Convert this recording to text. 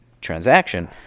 transaction